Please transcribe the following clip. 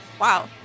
wow